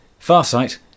Farsight